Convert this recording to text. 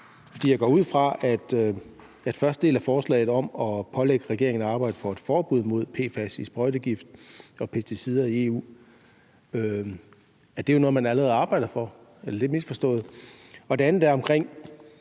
jeg går ud fra, at første del af forslaget om at pålægge regeringen at arbejde for et forbud mod PFAS i sprøjtegift og pesticider i EU er noget, man allerede arbejder for. Eller er det misforstået? Det andet er,